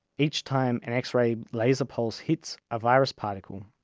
each time an x-ray laser pulse hits a virus particle,